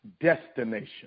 destination